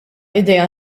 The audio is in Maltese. idea